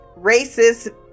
racist